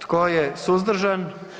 Tko je suzdržan?